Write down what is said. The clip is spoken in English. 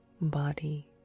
body